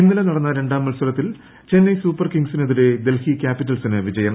ഇന്നലെ നടന്ന രണ്ടാം മത്സരത്തിൽ ചെന്നെ സൂപ്പർ കിംഗ് സിനെതിരെ ഡൽഹി ക്യാപ്പിറ്റ്ൽസിന് വിജയം